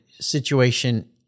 situation